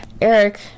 Eric